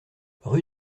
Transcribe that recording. rue